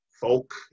folk